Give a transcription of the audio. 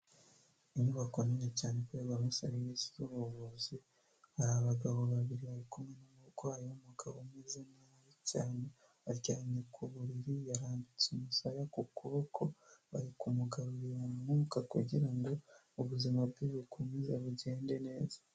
Inyubako nini cyane ikorerwamo serivisi z’ubuvuzi hari abagabo babiri bari kumwe n’umurwayi w’umugabo umeze nabi cyane aryamye ku buriri yarambitse umusaya ku kuboko bari kumugarurira umwuka kugira ngo ubuzima bwe bukomeze bugende neza.